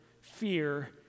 fear